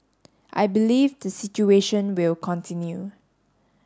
I believe the situation will continue